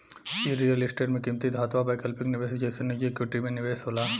इ real estate में किमती धातु आ वैकल्पिक निवेश जइसन निजी इक्विटी में निवेश होला